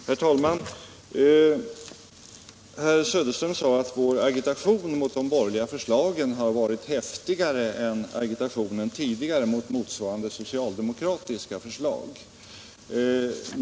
Herr talman! Herr Söderström sade att vår agitation mot de borgerliga förslagen har varit häftigare än vår agitation tidigare mot motsvarande socialdemokratiska förslag.